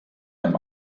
dem